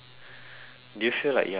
do you feel like you're being kidnapped